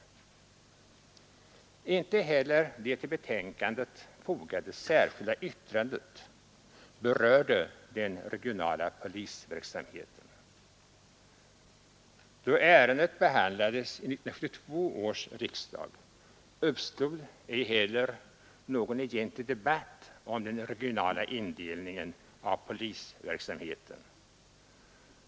Inte heller det till detta betänkande fogade särskilda yttrandet berörde den regionala polisverksamheten. Då ärendet behandlades av 1972 års riksdag uppstod ej heller någon egentlig debatt om den regionala indelningen av polisverksamheten.